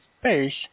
space